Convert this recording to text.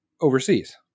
overseas